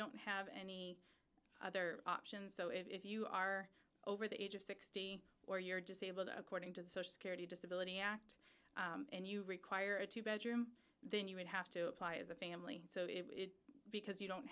don't have any other options so if you are over the age of sixty or you're disabled according to the social security disability act and you require a two bedroom then you would have to apply as a family so if because you don't